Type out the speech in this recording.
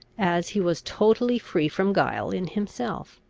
as he was totally free from guile in himself.